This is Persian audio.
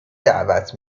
دعوت